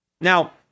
Now